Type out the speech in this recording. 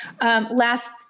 Last